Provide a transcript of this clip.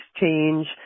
change